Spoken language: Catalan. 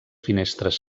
finestres